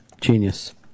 genius